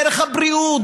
דרך הבריאות,